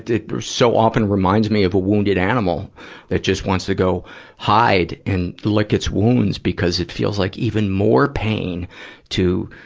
it so often reminds me of a wounded animal that just wants to go hide and lick its wounds because it feels like even more pain to,